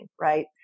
right